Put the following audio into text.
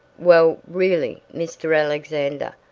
well, really, mr. alexander,